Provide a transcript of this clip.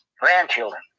grandchildren